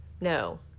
No